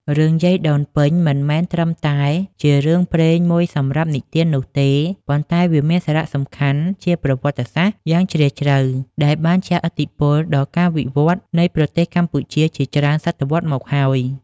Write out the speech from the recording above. រឿង យាយដូនពេញ មិនមែនត្រឹមតែជារឿងព្រេងមួយសម្រាប់និទាននោះទេ ប៉ុន្តែវាមានសារៈសំខាន់ជាប្រវត្តិសាស្ត្រយ៉ាងជ្រាលជ្រៅ ដែលបានជះឥទ្ធិពលដល់ការវិវត្តន៍នៃប្រទេសកម្ពុជាជាច្រើនសតវត្សរ៍មកហើយ។